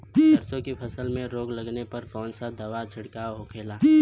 सरसों की फसल में रोग लगने पर कौन दवा के छिड़काव होखेला?